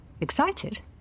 Excited